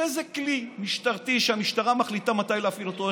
הרי זה כלי משטרתי שהמשטרה מחליטה מתי להפעיל אותו,